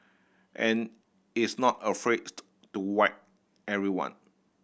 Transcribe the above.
and is not afraid to whack everyone